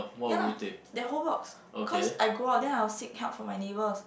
ya lah that whole box cause I go out then I will seek help from me neighbours